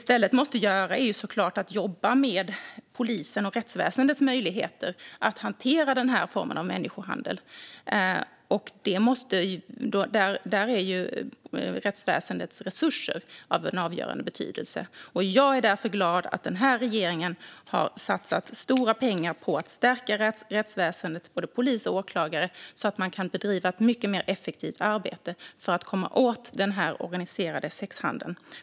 I stället måste vi såklart jobba med polisens och rättsväsendets möjligheter att hantera den formen av människohandel. Då är rättsväsendets resurser av avgörande betydelse. Jag är därför glad att den här regeringen har satsat stora pengar på att stärka rättsväsendet, både polis och åklagare, så att man kan bedriva ett mycket mer effektivt arbete för att komma åt den organiserade sexhandeln.